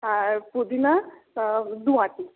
আর পুদিনা দু আঁটি